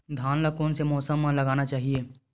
धान ल कोन से मौसम म लगाना चहिए?